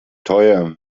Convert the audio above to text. teuer